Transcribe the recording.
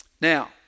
Now